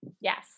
Yes